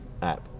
app